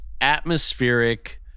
atmospheric